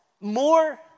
more